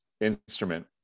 instrument